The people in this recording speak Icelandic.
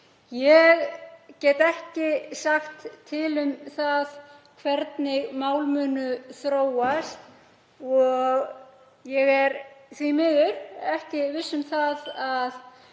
Ég get ekki sagt til um það hvernig mál munu þróast og ég er því miður ekki viss um,